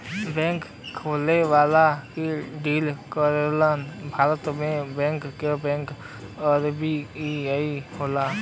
bank खाली bank क deal करलन भारत में बैंक क बैंक आर.बी.आई हउवे